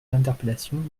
l’interpellation